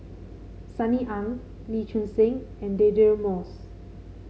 Sunny Ang Lee Choon Seng and Deirdre Moss